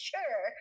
Sure